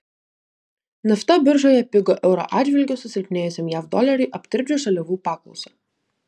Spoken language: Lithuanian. nafta biržoje pigo euro atžvilgiu susilpnėjusiam jav doleriui aptirpdžius žaliavų paklausą